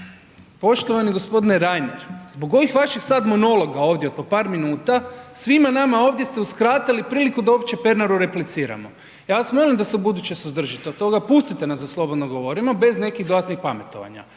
Poštovani g. Reiner, zbog ovih vaših sad monologa ovdje od po par minuta, svima nama ovdje ste uskratili priliku da uopće Pernaru repliciramo, ja vas molim da se ubuduće suzdržite od toga, pustite nas da slobodno govorimo bez nekih dodatnih pametovanja,